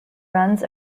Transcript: runs